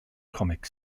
comic